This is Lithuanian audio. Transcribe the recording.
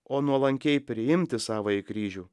o nuolankiai priimti savąjį kryžių